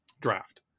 Draft